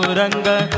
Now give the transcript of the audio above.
ranga